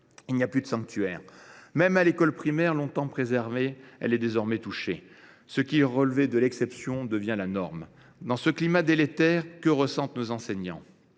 Il n’y a plus de sanctuaire. Même l’école primaire, longtemps préservée, est désormais touchée. Ce qui relevait de l’exception devient la norme. Dans ce climat délétère, que ressentent nos enseignants ?